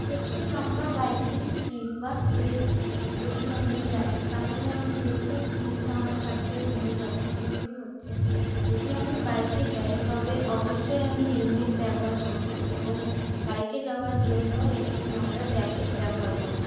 একটি লম্বা biking trip বা ট্যুরে যদি আমি যাই তাহলে আমি যেসব জিনিস আমার সঙ্গে নিয়ে যাব সেগুলি হচ্ছে যদি আমি বাইকে যাই তবে অবশ্যই আমি হেলমেট ব্যবহার করব এবং বাইকে যাওয়ার জন্য একটি মোটা জ্যাকেট ব্যবহার করব